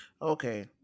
Okay